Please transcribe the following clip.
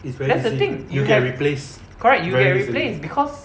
that's the thing you get correct you get replaced because